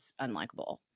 unlikable